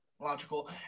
logical